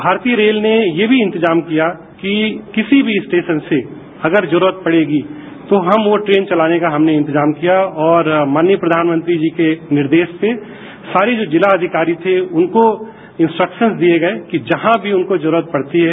भारतीय रेल ने यह भी इंतेजाम किया कि किसी भी स्टेशन से अगर जरूरतपड़ेगी तो हम वो ट्रेन चलाने के हमने इंतेजाम किया और माननीय प्रधानमंत्री जी के निर्देशपर सारे जो जिला अधिकारी थे उनको इंस्ट्रक्शनंस दिए गए कि जहां भी उनको जरूरत पड़तीहै